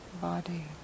body